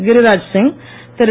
Giriraj Singh Thiru